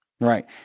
Right